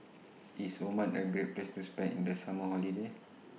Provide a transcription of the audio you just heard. IS Oman A Great Place to spend in The Summer Holiday